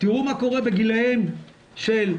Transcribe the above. תראו מה קורה בגילאים של 0-9,